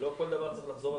ולא כל דבר צריך לחזור אל